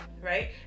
right